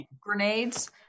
Grenades